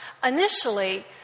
Initially